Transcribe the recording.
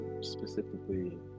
specifically